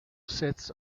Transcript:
sits